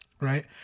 Right